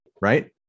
right